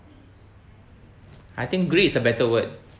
I think greed is a better word